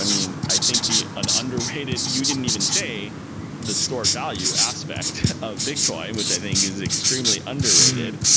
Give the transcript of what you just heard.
i mean, i think an underrated you didn't even say the stored value aspect of bitcoin, which i think is extremely underrated,